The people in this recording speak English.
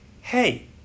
hey